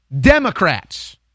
Democrats